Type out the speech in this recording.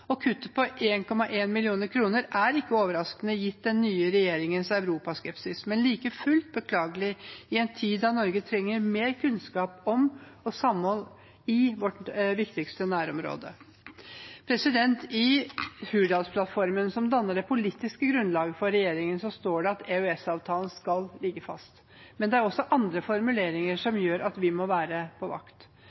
på 1,1 mill. kr er ikke overraskende, gitt den nye regjeringens Europa-skepsis, men like fullt beklagelig i en tid da Norge trenger mer kunnskap om og samhold i vårt viktigste nærområde. I Hurdalsplattformen, som danner det politiske grunnlaget for regjeringen, står det at EØS-avtalen skal ligge fast, men det er også andre formuleringer som gjør at vi må være på vakt.